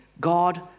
God